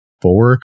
four